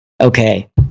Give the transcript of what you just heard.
okay